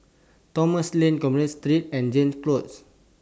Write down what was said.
Thomson Lane Commerce Street and Jansen Close